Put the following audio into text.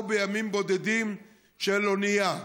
או בימים בודדים על אונייה מאירופה,